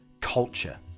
culture